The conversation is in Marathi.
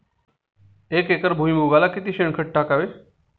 एक एकर भुईमुगाला किती शेणखत टाकावे?